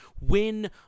win